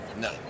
no